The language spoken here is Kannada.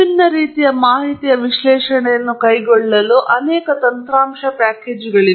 ವಿಭಿನ್ನ ರೀತಿಯ ಮಾಹಿತಿಯ ವಿಶ್ಲೇಷಣೆಯನ್ನು ಕೈಗೊಳ್ಳಲು ಅನೇಕ ತಂತ್ರಾಂಶ ಪ್ಯಾಕೇಜುಗಳಿವೆ